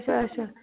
اَچھا اَچھا